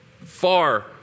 far